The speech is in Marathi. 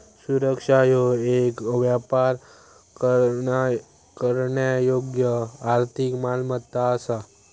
सुरक्षा ह्यो येक व्यापार करण्यायोग्य आर्थिक मालमत्ता असा